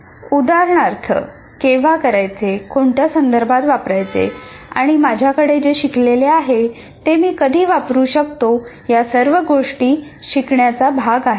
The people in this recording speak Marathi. उदाहरणार्थ केव्हा वापरायचे कोणत्या संदर्भात वापरायचे आणि माझ्याकडे जे शिकलेले आहे ते मी कधी वापरू शकतो या सर्व गोष्टी शिकण्याचा भाग आहेत